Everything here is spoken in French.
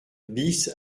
bis